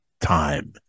time